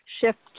shift